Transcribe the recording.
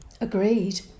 Agreed